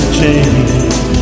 change